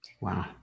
Wow